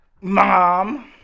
Mom